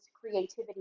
creativity